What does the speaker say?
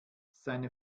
seine